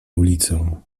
ulicę